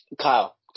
Kyle